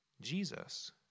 Jesus